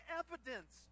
evidence